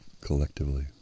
collectively